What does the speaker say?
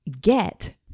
get